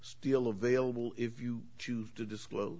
still available if you choose to disclose